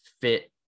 fit